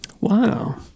Wow